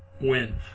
win